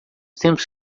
temos